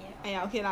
yup